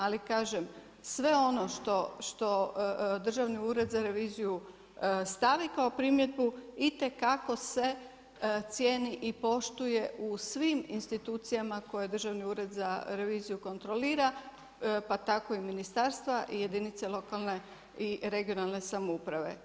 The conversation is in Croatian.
Ali kažem, sve ono što Državni ured za reviziju stavi kao primjedbu itekako se cijeni i poštuje u svim institucijama koje Državni ured za reviziju kontrolira pa tako i ministarstva i jedinice lokalne i regionalne samouprave.